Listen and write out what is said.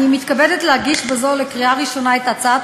אני מתכבדת להגיש בזאת לקריאה ראשונה את הצעת